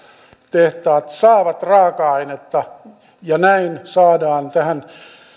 tehtaat saavat raaka ainetta ja näin saadaan tähän